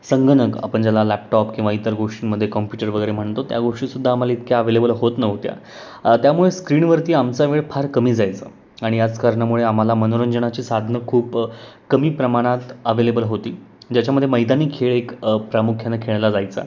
संगणक आपण ज्याला लॅपटॉप किंवा इतर गोष्टींमध्ये कम्प्युटर वगैरे म्हणतो त्या गोष्टी सुद्धा आम्हाला इतक्या अव्हेलेबल होत नव्हत्या त्यामुळे स्क्रीनवरती आमचा वेळ फार कमी जायचा आणि याच कारणामुळे आम्हाला मनोरंजनाची साधनं खूप कमी प्रमाणात अवेलेबल होती ज्याच्यामध्ये मैदानी खेळ एक प्रामुख्यानं खेळला जायचा